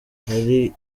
hari